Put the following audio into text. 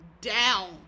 down